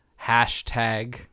hashtag